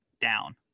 down